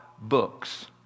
books